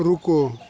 रुको